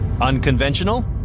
Unconventional